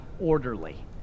orderly